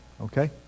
Okay